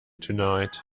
tonight